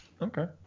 okay